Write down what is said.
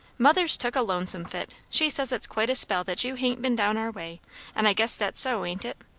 mother's took a lonesome fit. she says it's quite a spell that you hain't ben down our way and i guess that's so, ain't it?